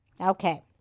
okay